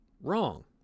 Wrong